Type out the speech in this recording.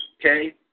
Okay